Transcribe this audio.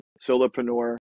solopreneur